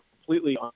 completely